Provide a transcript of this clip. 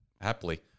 happily